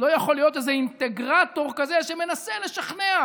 לא יכול להיות איזה אינטגרטור כזה שמנסה לשכנע.